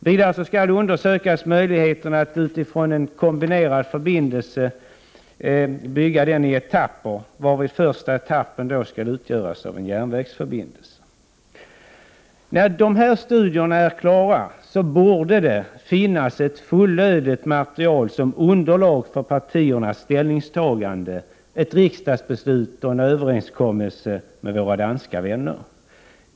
Vidare skall delegationen undersöka möjligheterna att bygga en kombinerad förbindelse i etapper, varvid första etappen skall utgöras av en järnvägsförbindelse. När dessa studier är klara borde det finnas ett fullödigt material som underlag för partiernas ställningstagande, ett riksdagsbeslut och en överenskommelse med våra danska vänner.